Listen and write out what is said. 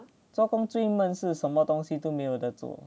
做工最闷是什什么东西都没有在做